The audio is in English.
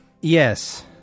Yes